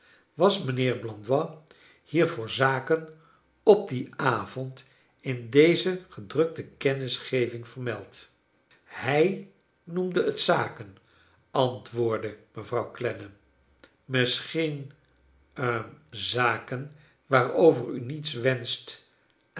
was mijnheer blandois hier voor zaken op dien avond in deze gedrukte kennisgeving vermeld hrj noemde het zaken antwoordde mevrouw clennam misschien hm zaken waarover u niets wenscht